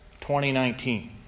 2019